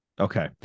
Okay